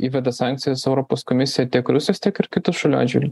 įveda sankcijas europos komisija tiek rusijos tiek ir kitų šalių atžvilgiu